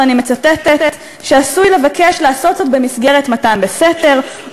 ואני מצטטת: "שעשוי לבקש לעשות זאת במסגרת מתן בסתר או